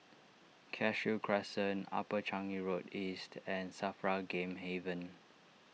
Cashew Crescent Upper Changi Road East and Safra Game Haven